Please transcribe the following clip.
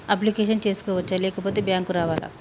Application చేసుకోవచ్చా లేకపోతే bank రావాలా?